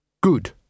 Good